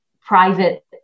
private